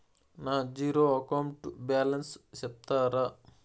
నా zero account balance సెప్తారా?